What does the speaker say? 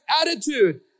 attitude